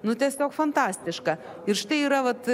nu tiesiog fantastiška ir štai yra vat